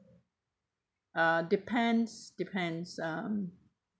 uh depends depends um